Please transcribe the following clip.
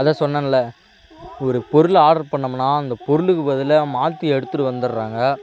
அதான் சொன்னேன்ல ஒரு பொருளை ஆட்ரு பண்ணோம்னா அந்த பொருளுக்கு பதிலாக மாற்றி எடுத்துட்டு வந்துடுறாங்க